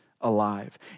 alive